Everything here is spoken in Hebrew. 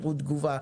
את מהירות התגובה,